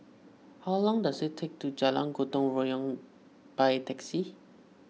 how long does it take to Jalan Gotong Royong by taxi